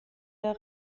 der